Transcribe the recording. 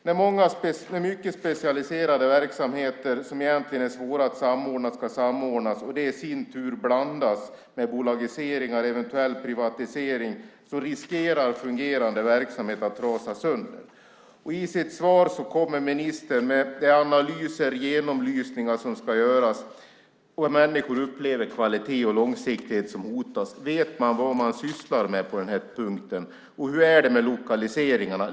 När många med mycket specialiserade verksamheter som egentligen är svåra att samordna ska samordnas, och det i sin tur blandas med bolagiseringar och eventuell privatisering, riskerar fungerande verksamheter att trasas sönder. I sitt svar säger ministern att analyser och genomlysningar ska göras. Människor upplever att kvaliteten och långsiktigheten hotas. Vet man vad man sysslar med på den här punkten? Och hur är det med lokaliseringarna?